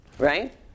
Right